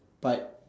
but